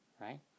right